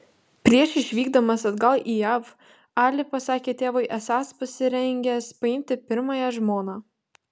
prieš išvykdamas atgal į jav ali pasakė tėvui esąs pasirengęs paimti pirmąją žmoną